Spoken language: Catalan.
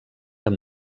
amb